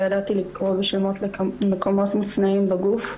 לא ידעתי לקרוא בשמות למקומות מוצנעים בגוף.